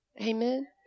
Amen